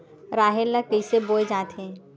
राहेर ल कइसे बोय जाथे?